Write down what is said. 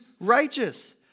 righteous